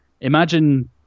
imagine